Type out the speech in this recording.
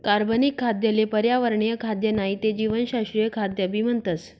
कार्बनिक खाद्य ले पर्यावरणीय खाद्य नाही ते जीवशास्त्रीय खाद्य भी म्हणतस